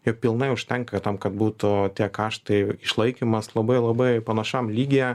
jo pilnai užtenka tam kad būtų tie kaštai išlaikymas labai labai panašiam lygyje